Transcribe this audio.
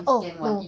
oh no